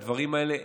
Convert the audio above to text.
בדברים האלה,